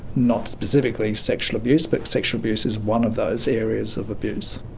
not specifically sexual abuse, but sexual abuse is one of those areas of abuse.